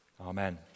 Amen